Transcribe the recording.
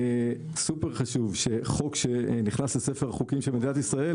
סופר חשוב שחוק שנכנס לספר החוקים של מדינת ישראל